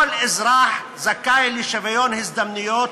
כל אזרח זכאי לשוויון הזדמנויות,